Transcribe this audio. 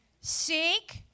Seek